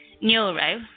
Neuro